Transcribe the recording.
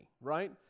Right